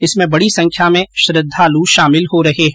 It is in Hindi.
इसमें बड़ी संख्या में श्रृद्वालु शामिल हो रहे है